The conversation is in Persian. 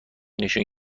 نشون